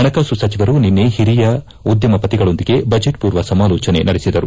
ಪಣಕಾಸು ಸಚಿವರು ನಿನ್ನೆ ಹಿರಿಯ ಉದ್ದಮಪತಿಗಳೊಂದಿಗೆ ಬಜೆಟ್ ಪೂರ್ವ ಸಮಾಲೋಚನೆ ನಡೆಸಿದರು